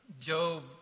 Job